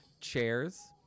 Chairs